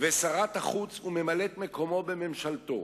ושרת החוץ וממלאת-מקומו בממשלתו